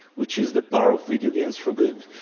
which is the power of video games for good.